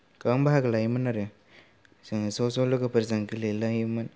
गोबां बाहागो लायोमोन आरो जों ज' ज' लोगोफोरजों गेलेलायोमोन